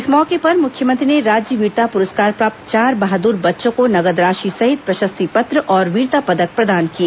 इस मौके पर मुख्यमंत्री ने राज्य वीरता पुरस्कार प्राप्त चार बहादुर बच्चों को नगद राशि सहित प्रशस्त्रि पत्र और वीरता पदक प्रदान किए